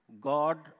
God